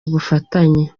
ubufatanye